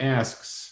asks